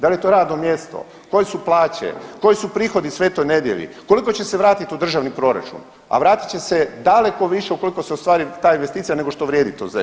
Da li je to radno mjesto, koje su plaće, koji su prihodi Svetoj Nedelji, koliko će se vratiti u državni proračun, a vratit će se daleko više ukoliko se ostvari ta investicija nego što vrijedi to zemljište